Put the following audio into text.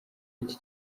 iki